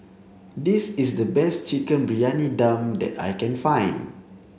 this is the best chicken briyani dum that I can find